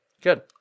Good